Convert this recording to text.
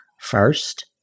first